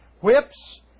whips